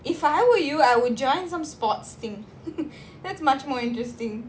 if I were you I would join some sports thing that's much more interesting